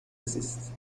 زیست